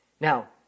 Now